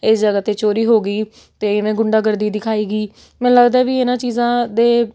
ਇਸ ਜਗ੍ਹਾ 'ਤੇ ਚੋਰੀ ਹੋ ਗਈ ਅਤੇ ਮੈਂ ਗੁੰਡਾ ਗਰਦੀ ਦਿਖਾਈ ਗਈ ਮੈਨੂੰ ਲੱਗਦਾ ਵੀ ਇਹਨਾਂ ਚੀਜ਼ਾਂ ਦੇ